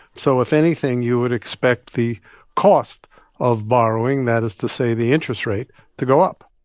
so, if anything, you would expect the cost of borrowing that is to say the interest rate to go up.